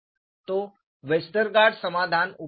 तो वेस्टरगार्ड समाधान उपयोगी था